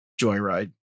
joyride